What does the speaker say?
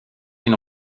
une